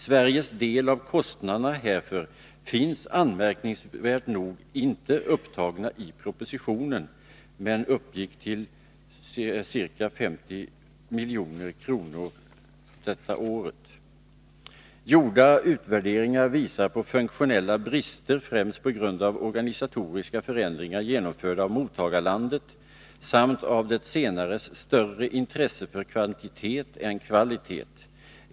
Sveriges del av kostnaderna härför finns anmärkningsvärt nog inte upptagen i propositionen, men uppgick detta år till 50 milj.kr. Gjorda utvärderingar visar på funktionella brister främst på grund av organisatoriska förändringar genomförda av mottagarlandet samt på grund av det senares större intresse för kvantitet än kvalitet.